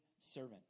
servant